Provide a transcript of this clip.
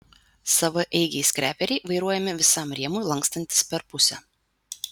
savaeigiai skreperiai vairuojami visam rėmui lankstantis per pusę